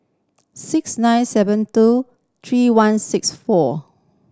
six nine seven two three one six four